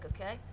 okay